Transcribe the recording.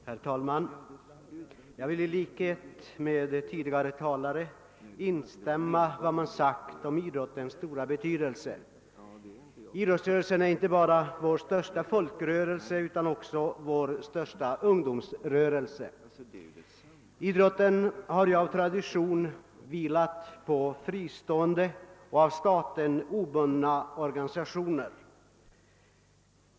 Herr talman! Jag vill i likhet med tidigare talare instämma i vad som sagts om idrottens stora betydelse. Idrotten är inte bara vår största folkrörelse utan också vår största ungdomsrörelse. Idrotten har av tradition vilat på fristående och av staten obundna organisationer.